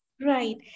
Right